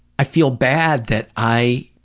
i feel bad that i